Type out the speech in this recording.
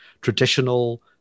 traditional